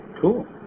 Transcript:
cool